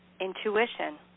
intuition